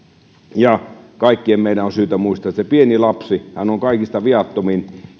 kaikkien meidän on syytä muistaa että se pieni lapsi on kaikista viattomin